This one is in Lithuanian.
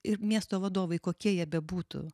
ir miesto vadovai kokie jie bebūtų